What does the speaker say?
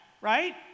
right